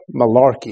malarkey